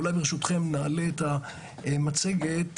ברשותכם, נעלה את המצגת